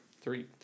Three